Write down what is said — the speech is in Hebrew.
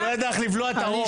הוא לא ידע איך לבלוע את הרוק.